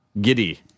giddy